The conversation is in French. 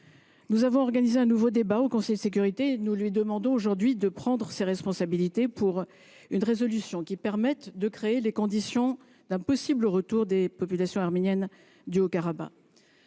Nous avons organisé un nouveau débat au sein du Conseil de sécurité. Nous demandons aujourd’hui à ses membres de prendre leurs responsabilités, par le biais d’une résolution qui permette de créer les conditions d’un possible retour des populations arméniennes du Haut-Karabakh.